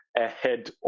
ahead